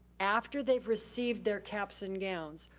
after they've received their caps and gowns,